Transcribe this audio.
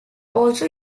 also